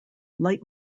light